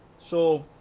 so